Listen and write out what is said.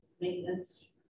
maintenance